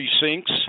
precincts